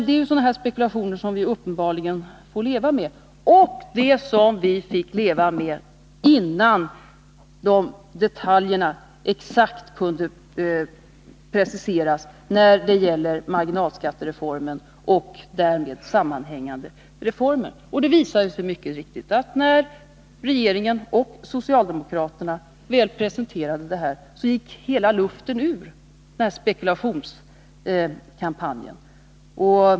Det är sådana spekulationer som vi uppenbarligen får leva med — och fick leva med innan detaljerna exakt kunde preciseras när det gäller marginalskattereformen och därmed sammanhängande reformer. Det visade sig mycket riktigt att när regeringen och socialdemokraterna väl presenterade förslagen gick luften ur hela spekulationskampanjen.